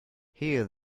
hear